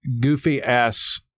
goofy-ass